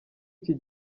iki